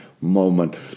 moment